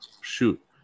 shoot